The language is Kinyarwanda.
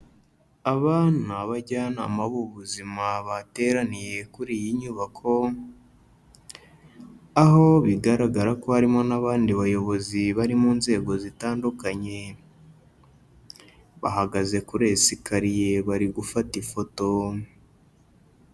Aba ni abajyanama b'ubuzima bateraniye kuri iyi nyubako, aho bigaragara ko harimo n'abandi bayobozi bari mu nzego zitandukanye. Bahagaze kuri esikariye bari gufata ifoto.